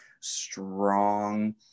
strong